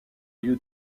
lieu